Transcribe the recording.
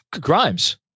Grimes